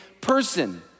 person